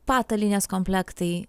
patalynės komplektai